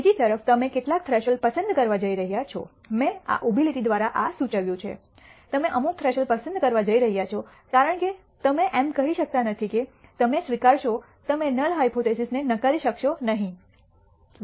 બીજી તરફ તમે કેટલાક થ્રેશોલ્ડ પસંદ કરવા જઇ રહ્યા છો મેં આ ઉભી લીટી દ્વારા આ સૂચવ્યું છે તમે અમુક થ્રેશોલ્ડ પસંદ કરવા જઇ રહ્યા છો કારણ કે તમે એમ કહી શકતા નથી કે તમે સ્વીકારશો તમે નલ હાયપોથીસિસને નકારી શકશો નહીં કે